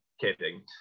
kidding